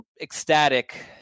ecstatic